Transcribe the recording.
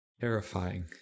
terrifying